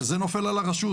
וזה נופל על הרשות.